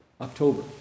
October